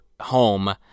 home